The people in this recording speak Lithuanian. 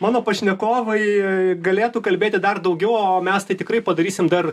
mano pašnekovai galėtų kalbėti dar daugiau o mes tai tikrai padarysime dar